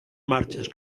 marxes